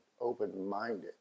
open-minded